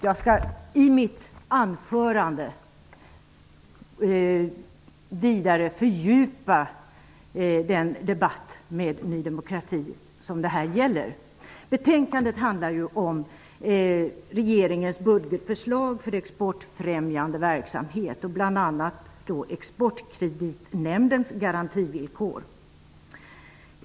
Jag skall i mitt anförande vidare fördjupa den debatt med Ny demokrati som det här gäller. Betänkandet handlar om regeringens budgetförslag när det gäller exportfrämjande verksamhet och bl.a. Exportkreditnämndens garantivillkor.